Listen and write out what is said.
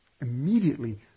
Immediately